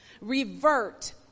Revert